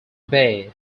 bay